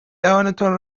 دهانتان